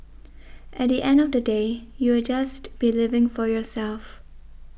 at the end of the day you'll just be living for yourself